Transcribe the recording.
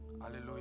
Hallelujah